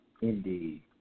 Indeed